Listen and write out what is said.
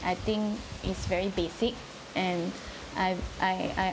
I think is very basic and I I I